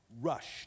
rushed